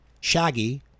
Shaggy